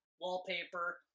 Wallpaper